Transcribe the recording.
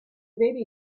baby